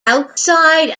outside